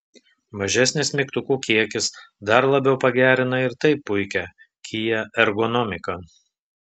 mažesnis mygtukų kiekis dar labiau pagerina ir taip puikią kia ergonomiką